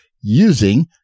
using